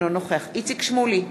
אינו נוכח איציק שמולי,